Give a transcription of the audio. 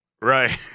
right